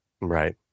Right